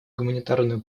гуманитарную